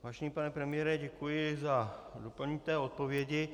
Vážený pane premiére, děkuji za doplnění odpovědi.